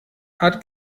hat